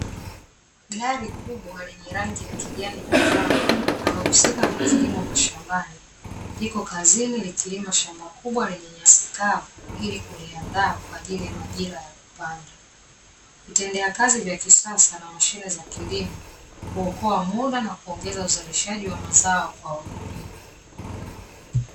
Gari kubwa lenye rangi ya kijani na njano, linalohusika na kilimo mashambani liko kazini likilima shamba kubwa lenye nyasi kavu ili kuliandaa kwa ajili ya majira ya kupanda. Vitendea kazi vya kisasa na mashine za kilimo huokoa muda na kuongeza uzalishaji wa mazao kwa wakulima.